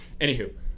Anywho